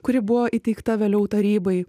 kuri buvo įteikta vėliau tarybai